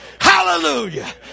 Hallelujah